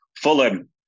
Fulham